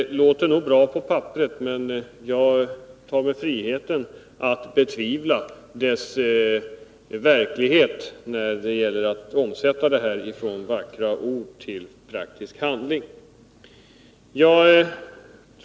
De låter nog bra på pappret, men jag tar mig friheten att betvivla att dessa vackra ord kommer att omsättas i praktisk handling.